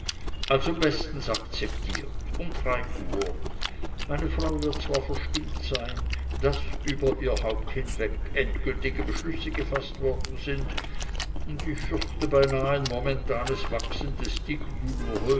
also bestens akzeptiert und drei uhr meine frau wird zwar verstimmt sein daß über ihr haupt hinweg endgültige beschlüsse gefaßt worden sind und ich fürchte beinah ein momentanes wachsen des